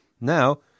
Now